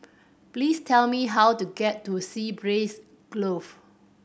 please tell me how to get to Sea Breeze Grove